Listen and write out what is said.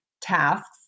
tasks